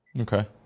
Okay